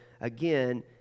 again